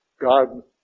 God